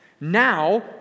Now